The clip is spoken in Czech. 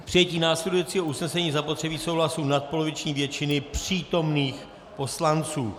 K přijetí následujícího usnesení je zapotřebí souhlasu nadpoloviční většiny přítomných poslanců.